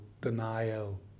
denial